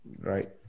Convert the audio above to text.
Right